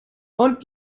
und